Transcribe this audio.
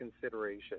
consideration